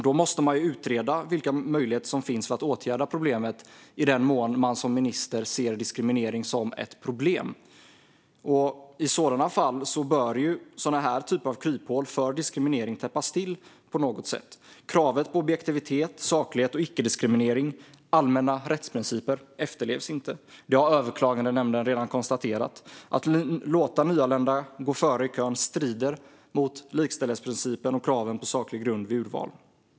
Då måste man som minister utreda vilken möjlighet som finns att åtgärda problemet, i den mån man ser diskriminering som ett problem. I sådana fall bör kryphål för diskriminering täppas till på något sätt. Kravet på objektivitet, saklighet och icke-diskriminering samt allmänna rättsprinciper efterlevs inte. Detta har Överklagandenämnden redan konstaterat. Att låta nyanlända gå före i kön strider mot likställighetsprincipen och kraven på saklig grund vid urval.